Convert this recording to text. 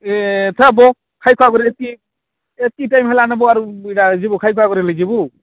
ଏ ଥାବୋ ଖାଇଖୁଆ ସାରିକି ଏତିକି ଟାଇମ୍ ହେଲା ନ ବ ଆରୁ ଇଟା ଯିବୁ ଖାଇ ଖୁଆ କର୍ବା ଲାଗି ଯିବୁ